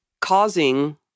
causing